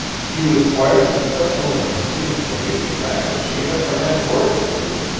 she was quite as successful in concealing from me the fact that she had ever had word with you,